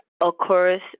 occurs